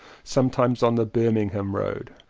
sometimes on the birmingham road.